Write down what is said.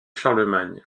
charlemagne